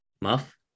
Muff